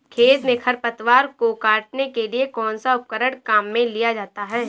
खेत में खरपतवार को काटने के लिए कौनसा उपकरण काम में लिया जाता है?